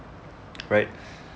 right